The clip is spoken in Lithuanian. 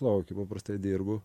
lauke paprastai dirbu